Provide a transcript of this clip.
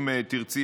אם תרצי,